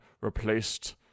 replaced